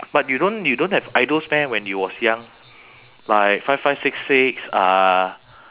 but you don't you don't have idols meh when you was young like five five six six uh